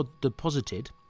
deposited